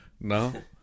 No